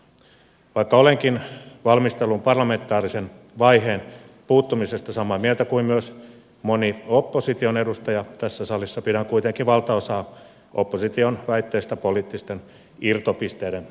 vaikka olenkin valmistelun parlamentaarisen vaiheen puuttumisesta samaa mieltä kuin myös moni opposition edustaja tässä salissa pidän kuitenkin valtaosaa opposition väitteistä poliittisten irtopisteiden keräämisenä